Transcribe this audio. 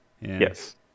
Yes